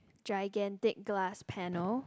gigantic glass panel